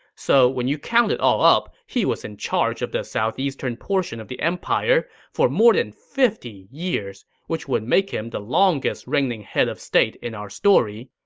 so when you count it all up, he was in charge of the southeastern portion of the empire for more than fifty years, which would make him the longest reigning head of state in our story.